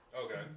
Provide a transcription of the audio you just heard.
Okay